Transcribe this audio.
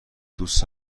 دوست